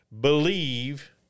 Believe